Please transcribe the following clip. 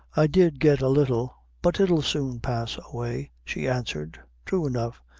i did get a little but it'll soon pass away, she answered thrue enough,